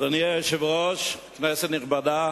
אדוני היושב-ראש, כנסת נכבדה,